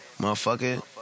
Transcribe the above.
Motherfucker